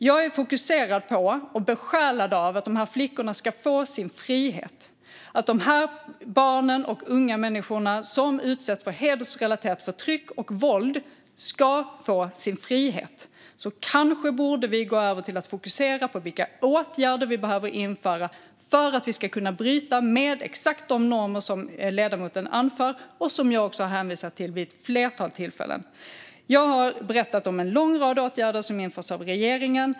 Jag är fokuserad på och besjälad av att de här flickorna ska få sin frihet och att de här barnen och unga människorna som utsätts för hedersrelaterat förtryck och våld ska få sin frihet. Kanske borde vi gå över till att fokusera på vilka åtgärder vi behöver införa för att vi ska kunna bryta med exakt de normer som ledamoten anför och som jag också har hänvisat till vid ett flertal tillfällen. Jag har berättat om en lång rad åtgärder som har införts av regeringen.